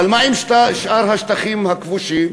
אבל מה עם שאר השטחים הכבושים?